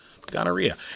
gonorrhea